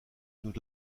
nous